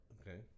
Okay